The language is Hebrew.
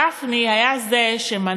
גפני הוא שמנע